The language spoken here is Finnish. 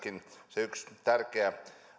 se yksi tärkeä